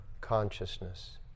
consciousness